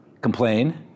complain